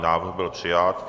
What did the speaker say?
Návrh byl přijat.